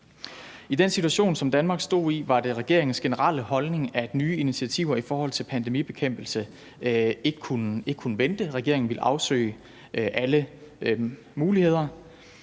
I den situation, som Danmark stod i, var det regeringens generelle holdning, at nye initiativer i forhold til pandemibekæmpelse ikke kunne vente. Regeringen ville afsøge alle muligheder.